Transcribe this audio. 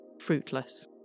fruitless